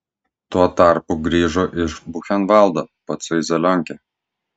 tuo tarpu grįžo iš buchenvaldo patsai zelionkė